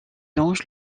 longe